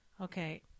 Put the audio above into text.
Okay